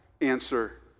answer